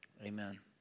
Amen